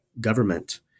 government